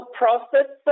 process